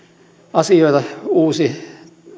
asioita uusi